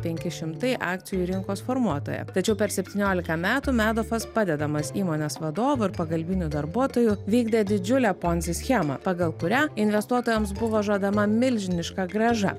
penki šimtai akcijų rinkos formuotoja tačiau per septyniolika metų medofas padedamas įmonės vadovo ir pagalbinių darbuotojų vykdė didžiulę ponzi schemą pagal kurią investuotojams buvo žadama milžiniška grąža